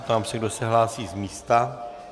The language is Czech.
Ptám se, kdo se hlásí z místa.